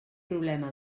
problema